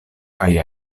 kaj